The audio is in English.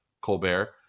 colbert